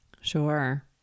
Sure